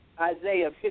Isaiah